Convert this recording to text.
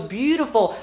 beautiful